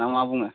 ना मा बुङो